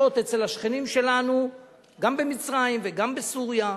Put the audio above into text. אצל השכנים שלנו גם במצרים וגם בסוריה,